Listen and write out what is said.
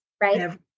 right